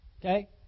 okay